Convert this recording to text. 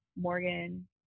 Morgan